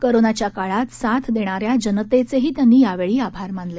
कोरोनाच्या काळात साथ देणा या जनतेचेही त्यांनी यावेळी आभार मानले